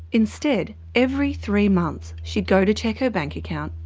instead. every three months, she'd go to check her bank account,